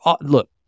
look